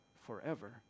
forever